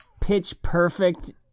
pitch-perfect